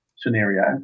scenario